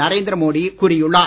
நரேந்திர மோடி கூறியுள்ளார்